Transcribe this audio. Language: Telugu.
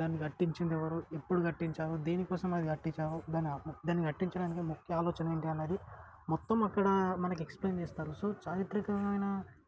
దాన్ని కట్టించిందెవరు ఎప్పుడు కట్టించారు దేనికోసం అది కట్టించారు దాన్ని దాన్ని కట్టించడానికి ముఖ్య ఆలోచన ఏంటి అనేది మొత్తం అక్కడ మనకి ఎక్స్ప్లైన్ చేస్తారు సో చరిత్రకమైనా